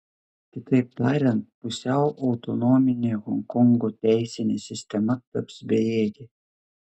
kitaip tariant pusiau autonominė honkongo teisinė sistema taps bejėgė